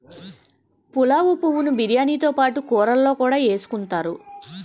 పులావు పువ్వు ను బిర్యానీతో పాటు కూరల్లో కూడా ఎసుకుంతారు